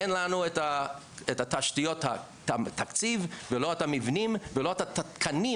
אין לנו את התקציב ולא את המבנים ולא את התקנים